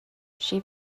she